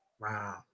Wow